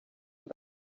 beth